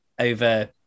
over